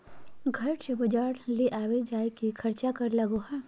घर से बजार ले जावे के खर्चा कर लगो है?